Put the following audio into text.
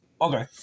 Okay